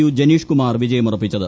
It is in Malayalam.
യു ജനീഷ്കുമാർ വിജയമുറപ്പിച്ചത്